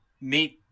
meet